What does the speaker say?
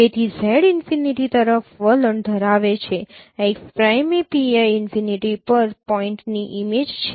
તેથી z infinity તરફ વલણ ધરાવે છે x પ્રાઈમ એ pi ઈનફિનિટી પર પોઈન્ટની ઇમેજ છે